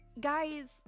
guys